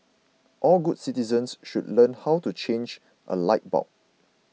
all good citizens should learn how to change a light bulb